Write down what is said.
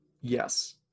yes